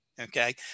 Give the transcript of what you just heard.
okay